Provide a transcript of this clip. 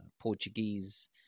Portuguese